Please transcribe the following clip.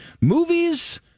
movies